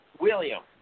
William